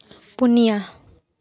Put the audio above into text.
ᱯᱩᱱᱤᱭᱟ